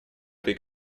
этой